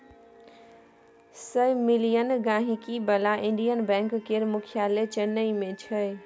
सय मिलियन गांहिकी बला इंडियन बैंक केर मुख्यालय चेन्नई मे छै